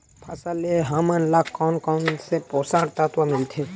फसल से हमन ला कोन कोन से पोषक तत्व मिलथे?